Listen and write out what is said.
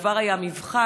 בעבר היה מבחן.